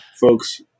folks